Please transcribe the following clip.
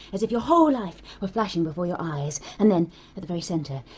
as if your whole life were flashing before your eyes, and then, at the very centre,